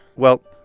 well,